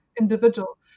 individual